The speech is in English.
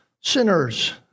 sinners